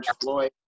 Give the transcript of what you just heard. Floyd